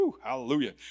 Hallelujah